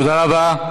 תודה רבה.